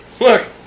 Look